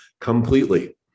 completely